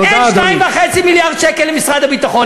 אין 2.5 מיליארד שקל למשרד הביטחון.